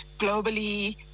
globally